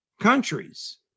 countries